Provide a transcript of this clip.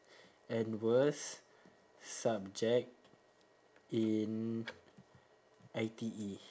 and worst subject in I_T_E